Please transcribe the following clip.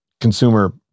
consumer